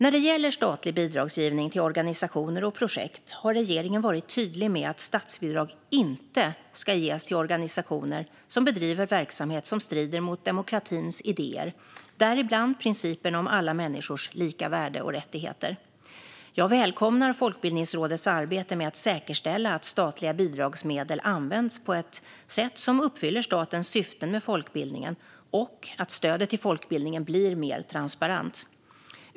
När det gäller statlig bidragsgivning till organisationer och projekt har regeringen varit tydlig med att statsbidrag inte ska ges till organisationer som bedriver verksamhet som strider mot demokratins idéer, däribland principerna om alla människors lika värde och rättigheter. Jag välkomnar Folkbildningsrådets arbete med att säkerställa att statliga bidragsmedel används på ett sätt som uppfyller statens syften med folkbildningen och att stödet till folkbildningen blir mer transparent.